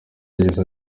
yagize